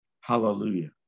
Hallelujah